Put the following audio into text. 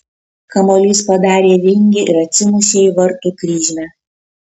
kamuolys padarė vingį ir atsimušė į vartų kryžmę